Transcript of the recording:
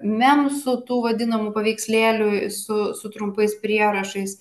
memsų tų vadinamų paveikslėlių su su trumpais prierašais